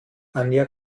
anja